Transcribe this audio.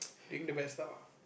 doing the best